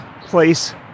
place